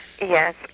Yes